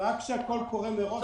ורק כשהכול קורה מראש,